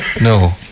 no